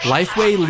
LifeWay